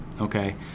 okay